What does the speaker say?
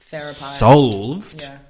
solved